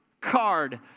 card